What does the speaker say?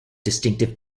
distinctive